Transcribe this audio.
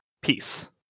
Peace